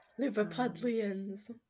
Liverpudlians